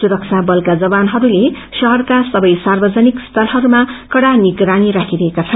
सुरक्षा वलका जवानहरूले शहरका सवै सार्वजनिक स्थलहरूमा कड़ा निगरानी राखिरहेका छन्